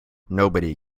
nobody